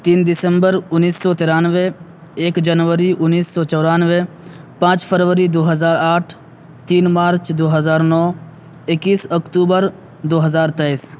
تین دسمبر انیس سو ترانوے ایک جنوری انیس سو چورانوے پانچ فروری دو ہزار آٹھ تین مارچ دو ہزار نو اکیس اکتوبر دو ہزار تیئس